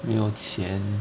没有钱